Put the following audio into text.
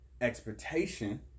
expectation